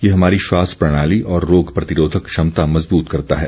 यह हमारी श्वास प्रणाली और रोग प्रतिरोधक क्षमता मजबूत करता है